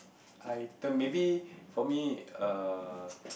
item maybe for me err